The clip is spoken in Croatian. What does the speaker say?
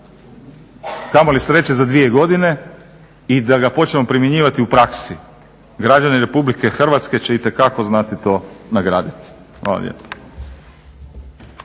kamoli sreće za dvije godine i da ga počnemo primjenjivati u praksi. Građani Republike Hrvatske će itekako znati to nagraditi.